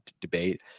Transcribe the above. debate